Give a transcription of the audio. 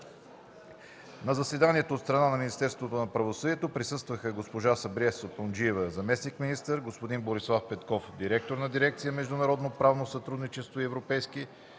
На заседанието от страна на Министерството на правосъдието присъстваха госпожа Сабрие Сапунджиева – заместник-министър, господин Борислав Петков – директор на дирекция „Международноправно сътрудничество и европейски